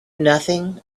nothing